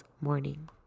morning